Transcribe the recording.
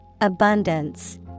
Abundance